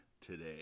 today